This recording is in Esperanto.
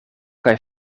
kaj